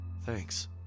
Thanks